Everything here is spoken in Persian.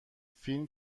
فیلم